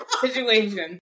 situation